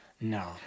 No